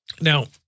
now